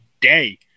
day